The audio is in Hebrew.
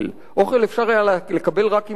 אוכל אפשר היה לקבל רק עם תלושים,